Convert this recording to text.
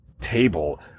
table